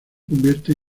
convierte